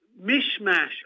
mishmash